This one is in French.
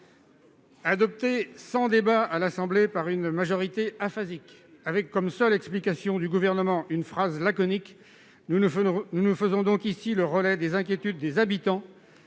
adopté sans débat à l'Assemblée par une majorité aphasique, avec comme seule explication du Gouvernement une phrase laconique. Nous relayons ici les inquiétudes des habitants